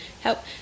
help